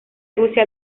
rusia